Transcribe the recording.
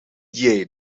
jij